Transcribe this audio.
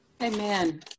Amen